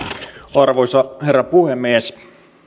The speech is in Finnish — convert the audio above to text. arvoisa herra puhemies